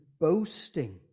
boasting